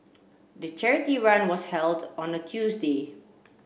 the charity run was held on a Tuesday